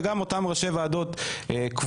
וגם אותם ראשי ועדות קבועות,